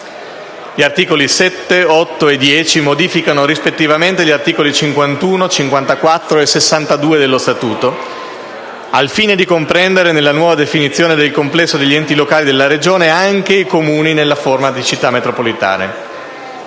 Gli articoli 7, 8 e 10 modificano rispettivamente gli articoli 51, 54 e 62 dello Statuto al fine di comprendere, nella nuova definizione del complesso degli enti locali della Regione, anche i Comuni nella forma di Città metropolitane.